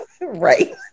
Right